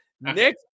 Nick